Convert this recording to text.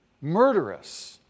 Murderous